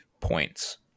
points